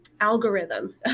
algorithm